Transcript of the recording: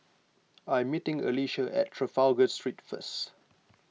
I am meeting Alisha at Trafalgar Street first